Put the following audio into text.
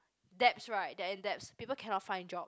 debts right they are in debts people cannot find jobs